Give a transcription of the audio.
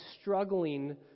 struggling